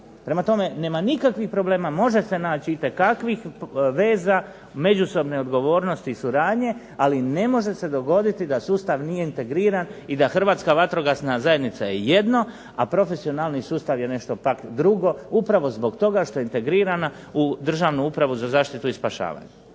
Prema tome, nema nikakvih problema, može se naći itekakvih veza međusobne odgovornosti i suradnje, ali ne može se dogoditi da sustav nije integriran i da Hrvatska vatrogasna zajednica je jedno, a profesionalni sustav je pak nešto drugo, upravo zbog toga što integrirana u Državnu upravu za zaštitu i spašavanje.